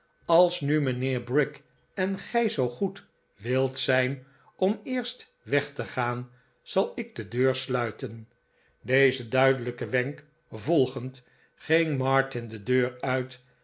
als nu mijnheer brick en gij zoo goed wilt zijn om eerst weg te gaan zal ik de deur sluiten dezen duidelijken wenk volgend ging martin de deur uit